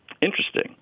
Interesting